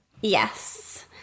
Yes